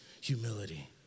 humility